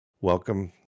Welcome